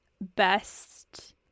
best